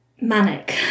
manic